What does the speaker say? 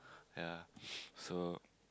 ya so